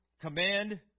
command